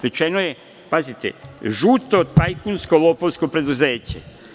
Rečeno je - žuto tajkunsko lopovsko preduzeće.